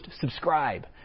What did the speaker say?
subscribe